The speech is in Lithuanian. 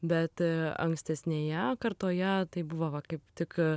bet ankstesnėje kartoje tai buvo va kaip tik